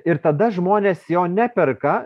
ir tada žmonės jo neperka